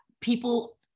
people